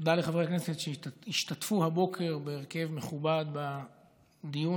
תודה לחברי הכנסת שהשתתפו הבוקר בהרכב מכובד בדיון